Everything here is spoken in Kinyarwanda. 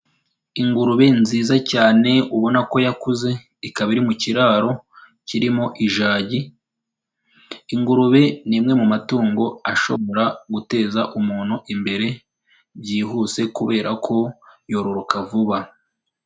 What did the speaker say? Ingurube nziza cyane ubona ko yakuze, ikaba iri mu kiraro kirimo ijagi, ingurube ni imwe mu matungo ashobora guteza umuntu imbere byihuse kubera ko yororoka vuba.